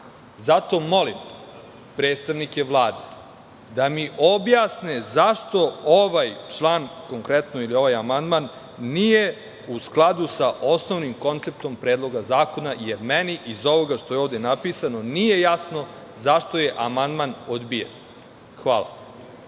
Zato molim predstavnike vlade da mi objasne zašto ovaj član konkretno, ili ovaj amandman, nije u skladu sa osnovnim konceptom predloga zakona, jer meni iz ovoga što je ovde napisano, nije jasno zašto je amandman odbijen. Hvala.